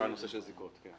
הנושא של זיקות, כן.